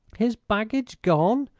his baggage gone!